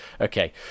Okay